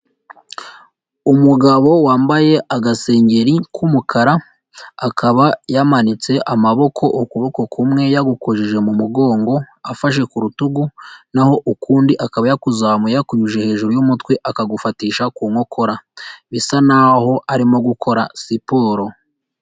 Umugabo wambaye agasengeri k'umukara, akaba yamanitse amaboko, ukuboko kumwe yagukojeje mu mugongo, afashe ku rutugu, naho ukundi akaba yakuzamuye, yakunyujije hejuru y'umutwe, akagufatisha ku nkokora. Bisa n'aho arimo gukora siporo.